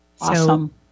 Awesome